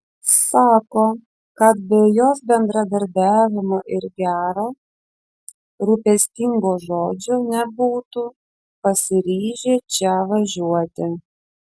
sako kad be jos bendradarbiavimo ir gero rūpestingo žodžio nebūtų pasiryžę čia važiuoti